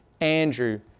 Andrew